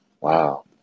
wow